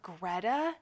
Greta